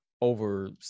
over